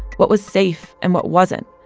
what was safe, and what wasn't?